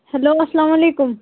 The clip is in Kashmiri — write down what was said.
ہیٚلو اَسلام علیکُم